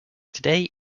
today